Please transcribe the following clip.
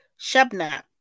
Shabna